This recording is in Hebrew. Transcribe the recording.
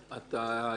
אתה יודע,